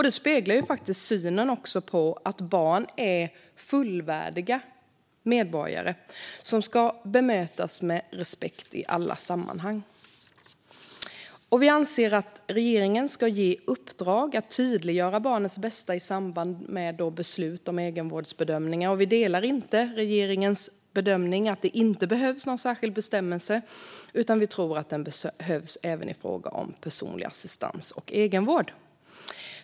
Det speglar faktiskt synen på barn som fullvärdiga medborgare, som ska bemötas med respekt i alla sammanhang. Vi anser att regeringen ska ge i uppdrag att tydliggöra barnets bästa i samband med beslut om egenvårdsbedömningar. Vi delar inte regeringens bedömning att det inte behövs någon särskild bestämmelse, utan vi tror att den behövs även i fråga om personlig assistans och egenvård.